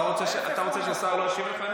אתה רוצה שהשר לא ישיב לך?